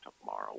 tomorrow